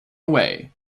away